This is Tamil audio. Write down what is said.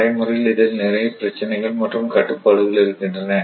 நடைமுறையில் இதில் நிறைய பிரச்சனைகள் மற்றும் கட்டுப்பாடுகள் இருக்கின்றன